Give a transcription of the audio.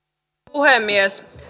puhemies